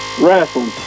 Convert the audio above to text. Wrestling